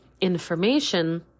information